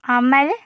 അമൽ